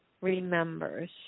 remembers